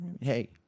Hey